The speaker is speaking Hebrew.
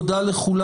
תודה לכולם.